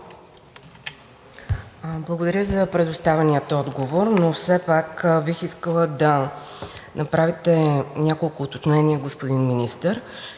Благодаря за предоставения отговор, но все пак бих искала да направите няколко уточнения, господин Министър.